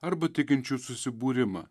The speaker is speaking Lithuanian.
arba tikinčiųjų susibūrimą